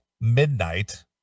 midnight